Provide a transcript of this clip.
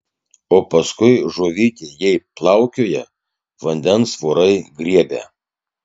o paskui žuvytė jei plaukioja vandens vorai griebia